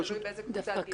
תלוי באיזה קבוצת גיל,